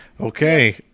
Okay